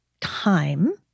time